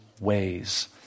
ways